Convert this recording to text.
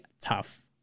tough